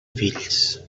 fills